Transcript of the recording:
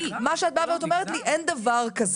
מה שאת באה ואת אומרת לי 'אין דבר כזה'.